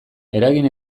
eragin